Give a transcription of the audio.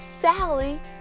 Sally